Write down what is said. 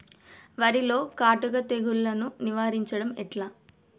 వరిలో కాటుక తెగుళ్లను నివారించడం ఎట్లా?